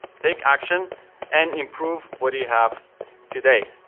take action and improve what you have today.